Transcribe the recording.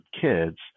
kids